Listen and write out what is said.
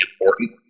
important